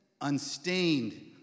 unstained